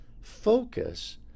focus